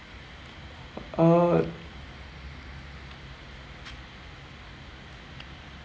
uh